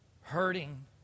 hurting